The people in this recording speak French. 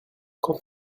quand